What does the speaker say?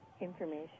information